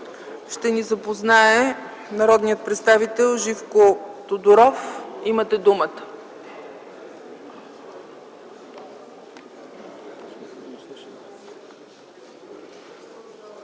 ще ни запознае народният представител Живко Тодоров. Имате думата,